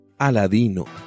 Aladino